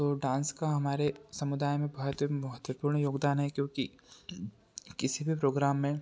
तो डांस का हमारे समुदाय में बहुत महत्वपूर्ण योगदान है क्योंकि किसी भी प्रोग्राम में